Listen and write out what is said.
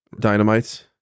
dynamites